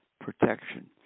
protection